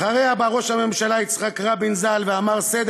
אחריה בא ראש הממשלה יצחק רבין ז"ל ואמר: סדר